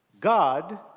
God